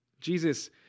Jesus